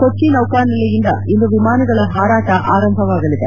ಕೊಚ್ಚಿ ನೌಕಾನೆಲೆಯಿಂದ ಇಂದು ವಿಮಾನಗಳ ಹಾರಾಟ ಆರಂಭವಾಗಲಿದೆ